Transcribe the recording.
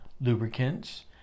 Lubricants